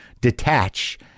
detach